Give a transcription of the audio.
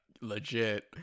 legit